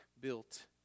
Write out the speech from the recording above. built